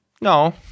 No